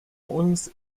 uns